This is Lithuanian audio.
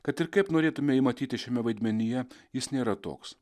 kad ir kaip norėtume jį matyti šiame vaidmenyje jis nėra toks